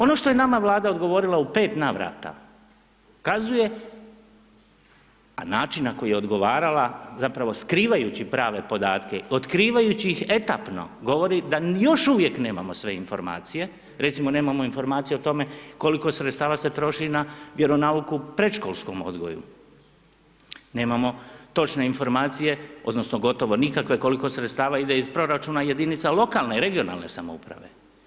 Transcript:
Ono što je nama Vlada odgovorila u 5 navrata kazuje, a način na koji je odgovarala zapravo skrivajući prave podatke, otkrivajući ih etapno, govori da još uvijek nemamo sve informacije, recimo nemamo informaciju o tome koliko sredstava se troši na vjeronauk u predškolskom odgoju, nemamo točne informacije odnosno gotovo nikakve koliko sredstava ide iz proračuna jedinicama lokalne (regionalne) samouprave.